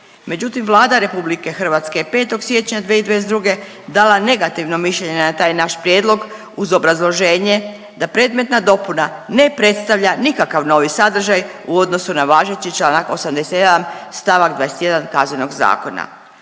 Međutim, Vlada RH je 5. siječnja 2022. dala negativno mišljenje na taj naš prijedlog uz obrazloženje da predmetna dopuna ne predstavlja nikakav novi sadržaj u odnosu na važeći Članak 87. stavak 21. Kaznenog zakona,